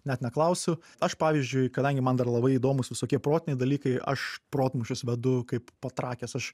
net neklausiu aš pavyzdžiui kadangi man dar labai įdomūs visokie protiniai dalykai aš protmūšius vedu kaip patrakęs aš